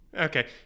Okay